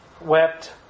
wept